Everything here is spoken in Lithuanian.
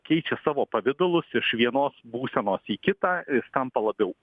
keičia savo pavidalus iš vienos būsenos į kitą jis tampa labiau